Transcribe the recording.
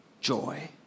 joy